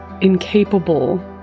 incapable